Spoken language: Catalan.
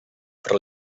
però